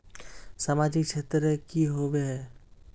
सामाजिक क्षेत्र की होबे है?